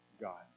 God